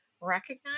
recognize